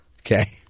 Okay